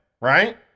right